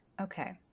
okay